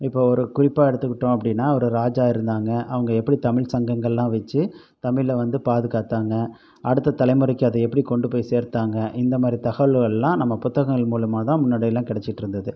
இப்போ ஒரு குறிப்பாக எடுத்துகிட்டோம் அப்படின்னா ஒரு ராஜா இருந்தாங்க அவங்க எப்படி தமிழ் சங்கங்களெலாம் வச்சு தமிழில் வந்து பாதுகாத்தாங்க அடுத்த தலைமுறைக்கு அதை எப்படி கொண்டு போய் சேர்த்தாங்க இந்த மாதிரி தகவல்களை நம்ம புத்தகங்கள் மூலயமாதான் முன்னாடியெலாம் கிடச்சிட்டுருந்துது